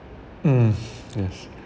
mm yes